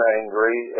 angry